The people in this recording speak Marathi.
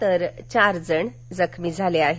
तर चारजण जखमी झाले आहेत